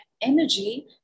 energy